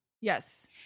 Yes